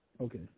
Okay